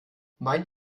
mein